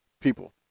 people